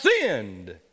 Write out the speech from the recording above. sinned